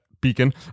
beacon